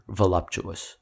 voluptuous